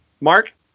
Mark